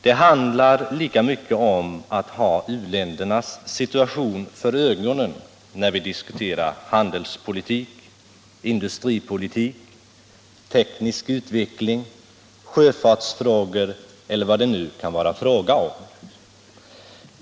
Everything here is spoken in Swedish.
Det handlar lika mycket om att ha u-ländernas situation för ögonen när vi diskuterar handelspolitik, industripolitik, teknisk utveckling, sjöfartsfrågor eller vad det nu kan vara fråga om.